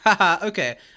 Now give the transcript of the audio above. okay